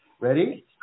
Ready